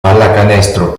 pallacanestro